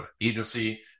agency